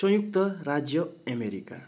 संयुक्त राज्य अमेरिका